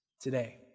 today